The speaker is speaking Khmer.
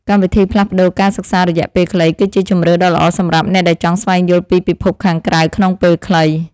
កម្មវិធីផ្លាស់ប្តូរការសិក្សារយៈពេលខ្លីគឺជាជម្រើសដ៏ល្អសម្រាប់អ្នកដែលចង់ស្វែងយល់ពីពិភពខាងក្រៅក្នុងពេលខ្លី។